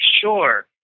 sure